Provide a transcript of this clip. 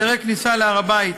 היתרי כניסה להר-הבית